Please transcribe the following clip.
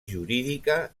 jurídica